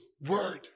word